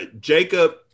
Jacob